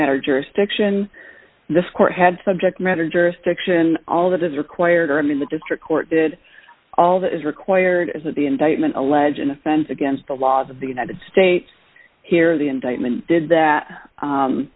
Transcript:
matter jurisdiction this court had subject matter jurisdiction all that is required i mean the district court did all that is required is that the indictment alleges offense against the laws of the united states here the indictment did that